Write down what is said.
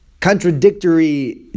Contradictory